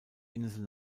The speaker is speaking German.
insel